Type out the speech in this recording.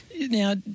Now